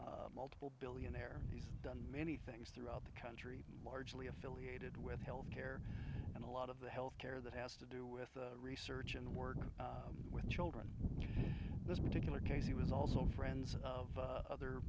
dakota multiple billionaire he's done many things throughout the country largely affiliated with health care and a lot of the health care that has to do with research and work with children in this particular case he was also friends of other